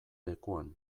lekuan